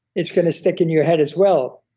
it's going to stick in your head as well,